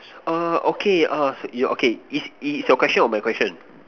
err okay err so you okay is is your question or my question